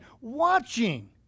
Watching